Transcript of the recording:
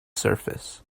surface